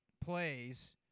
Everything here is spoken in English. plays